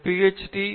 ஹ்ச்டீ Ph